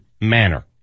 manner